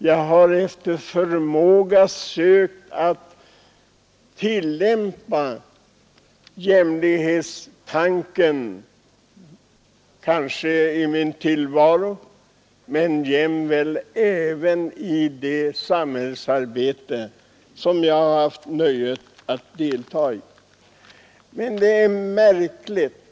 Jag har efter förmåga sökt tillämpa jämlikhetstanken i min tillvaro och även i det samhällsarbete som jag har haft nöjet att delta i. Men det är märkligt.